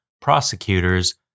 prosecutors